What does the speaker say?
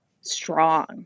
strong